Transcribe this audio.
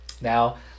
now